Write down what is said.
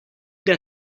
der